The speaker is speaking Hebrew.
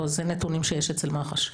לא, זה נתונים שיש אצל מח"ש.